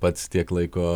pats tiek laiko